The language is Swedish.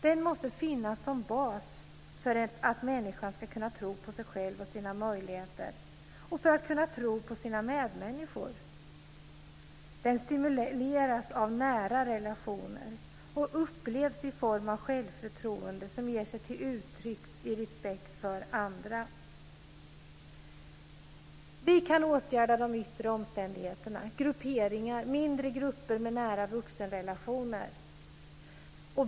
Den måste finnas som bas för att människan ska kunna tro på sig själv och sina möjligheter och för att hon ska kunna tro på sina medmänniskor. Tryggheten stimuleras av nära relationer och upplevs i form av självförtroende som tar sig uttryck i respekt för andra. Vi kan åtgärda yttre omständigheter i arbetsmiljön som t.ex. gruppindelning.